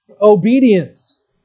obedience